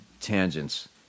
tangents